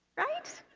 right?